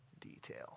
detail